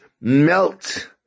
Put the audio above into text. melt